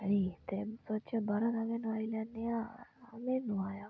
में सोचेआ बाह्रा दा गै मंगोआई लैन्ने आं में नोआया